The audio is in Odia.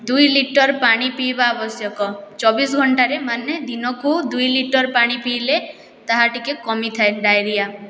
ଦୁଇ ଲିଟର୍ ପାଣି ପିଇବା ଆବଶ୍ୟକ ଚବିଶ ଘଣ୍ଟାରେ ମାନେ ଦିନକୁ ଦୁଇ ଲିଟର୍ ପାଣି ପିଇଲେ ତାହା ଟିକିଏ କମିଥାଏ ଡାଇରିଆ